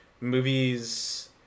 movies